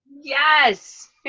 Yes